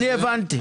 אני הבנתי.